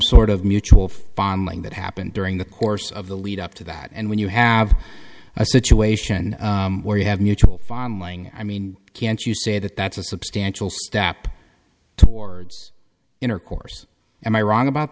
sort of mutual fondling that happened during the course of the lead up to that and when you have a situation where you have mutual fondling i mean can't you say that that's a substantial step intercourse am i wrong about